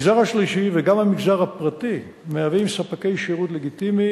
המגזר השלישי וגם המגזר הפרטי מהווים ספקי שירות לגיטימיים,